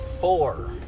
four